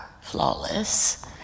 flawless